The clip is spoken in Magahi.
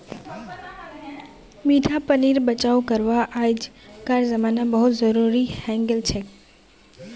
मीठा पानीर बचाव करवा अइजकार जमानात बहुत जरूरी हैं गेलछेक